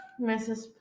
Mrs